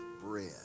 bread